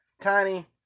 tiny